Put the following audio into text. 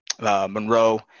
Monroe